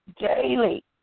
daily